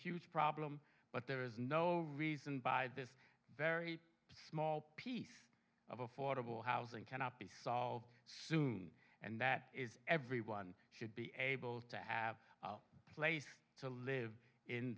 huge problem but there is no reason buy this very small piece of affordable housing cannot be solved soon and that is everyone should be able to have a place to live in